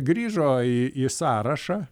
grįžo į į sąrašą